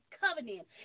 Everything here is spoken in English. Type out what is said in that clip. covenant